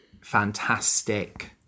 fantastic